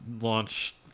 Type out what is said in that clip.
launch